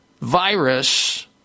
virus